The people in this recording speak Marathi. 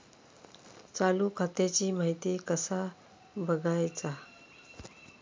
चालू खात्याची माहिती कसा बगायचा?